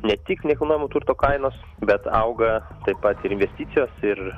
ne tik nekilnojamo turto kainos bet auga taip pat ir investicijos ir